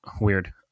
Weird